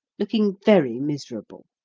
looking very miserable.